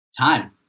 time